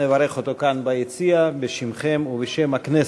נברך אותו כאן בשמכם ובשם הכנסת.